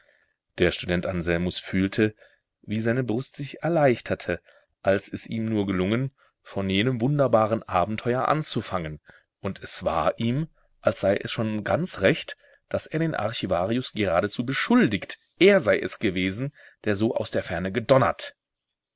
der student anselmus fühlte wie seine brust sich erleichterte als es ihm nur gelungen von jenem wunderbaren abenteuer anzufangen und es war ihm als sei es schon ganz recht daß er den archivarius geradezu beschuldigt er sei es gewesen der so aus der ferne gedonnert